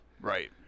Right